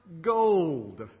gold